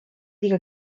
liiga